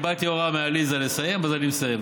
עכשיו קיבלתי הוראה מעליזה לסיים, אז אני מסיים.